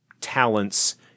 talents